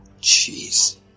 jeez